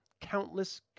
Countless